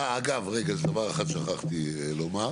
אה, אגב, רגע דבר אחד שכחתי לומר.